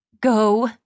Go